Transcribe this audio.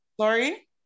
Sorry